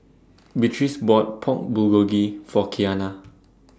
Beatrice bought Pork Bulgogi For Keanna